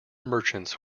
merchants